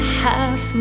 half